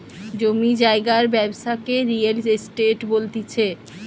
জমি জায়গার ব্যবসাকে রিয়েল এস্টেট বলতিছে